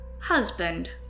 Husband